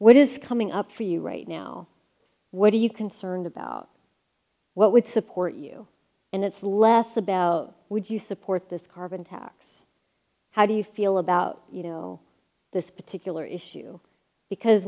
what is coming up for you right now what are you concerned about what would support you and it's less about would you support this carbon tax how do you feel about you know this particular issue because